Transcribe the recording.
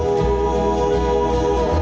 or